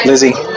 Lizzie